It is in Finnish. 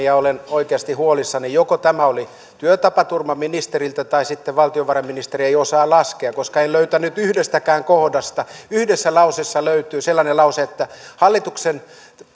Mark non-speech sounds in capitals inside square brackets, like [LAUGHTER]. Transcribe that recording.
[UNINTELLIGIBLE] ja olen oikeasti huolissani joko tämä oli työtapaturma ministeriltä tai sitten valtiovarainministeri ei osaa laskea koska en löytänyt yhdestäkään kohdasta yhdessä lauseessa löytyi sellainen lause että hallituksen